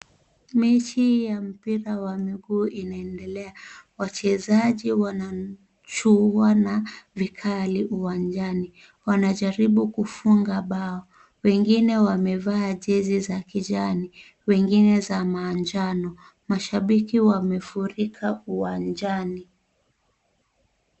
Mechi ya mpira wa mguu inaendelea wachezaji wanachuana vikali uwanjani, wanajaribu kufunga bao. Wengine wamevaa jezi za kijani wengine za manjano, mashabiki wamefurika uwanjani.